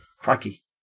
Crikey